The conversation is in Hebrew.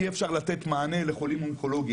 אי-אפשר לתת מענה לחולים אונקולוגים.